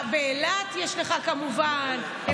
באילת יש לך, כמובן.